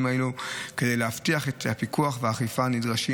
האלה כדי להבטיח את הפיקוח והאכיפה הנדרשים.